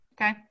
Okay